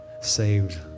saved